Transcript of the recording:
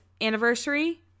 anniversary